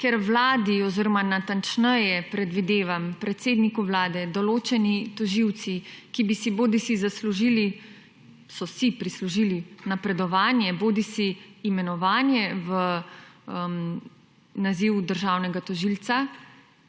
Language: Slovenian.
ker Vladi oziroma natančneje predvidevam predsedniku Vlade določeni tožilci, ki bi si bodisi zaslužili, so si prislužili napredovanje bodisi imenovanje v naziv državnega tožilca